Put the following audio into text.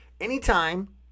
anytime